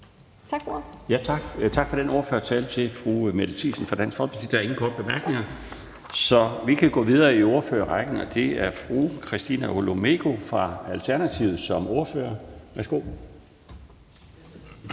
Tak. Tak til fru Mette Thiesen fra Dansk Folkeparti for den ordførertale. Der er ingen korte bemærkninger, så vi kan gå videre i ordførerrækken. Det er fru Christina Olumeko fra Alternativet som ordfører. Værsgo.